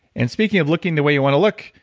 and speaking of looking the way you want to look,